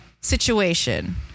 situation